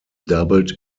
doubled